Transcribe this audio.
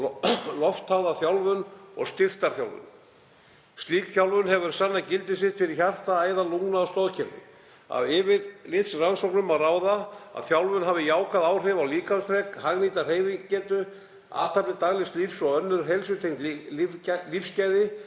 loftháða þjálfun og styrktarþjálfun. Slík þjálfun hefur sannað gildi sitt fyrir hjarta-, æða-, lungna- og stoðkerfi. Af yfirlitsrannsóknum má ráða að þjálfun hafi jákvæð áhrif á líkamsþrek, hagnýta hreyfigetu, athafnir daglegs lífs og önnur heilsutengd lífsgæði,